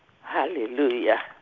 Hallelujah